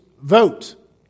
vote